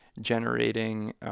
generating